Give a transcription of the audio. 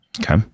Okay